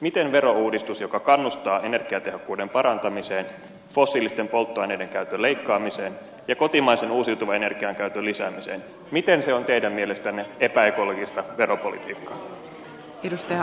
miten verouudistus joka kannustaa energiatehokkuuden parantamiseen fossiilisten polttoaineiden käytön leikkaamiseen ja kotimaisen uusiutuvan energian käytön lisäämiseen on teidän mielestänne epäekologista veropolitiikkaa